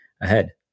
ahead